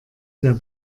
der